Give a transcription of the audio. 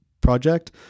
project